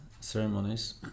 ceremonies